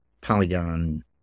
Polygon